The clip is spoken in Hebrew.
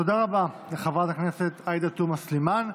תודה רבה לחברת הכנסת עאידה תומא סלימאן.